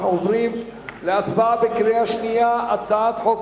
אנחנו עוברים להצבעה בקריאה שנייה: הצעת חוק